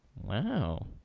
wow